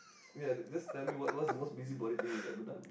ya that just tell me what what's the most busybody thing you've ever done